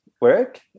work